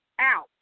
out